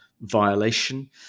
violation